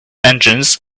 engines